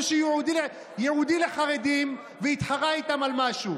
שהוא ייעודי לחרדים והתחרה איתם על משהו?